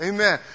Amen